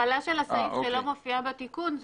ההתחלה של הסעיף שלא מופיעה בתיקון,